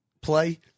play